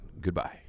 Goodbye